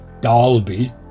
Dalby